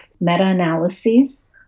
meta-analyses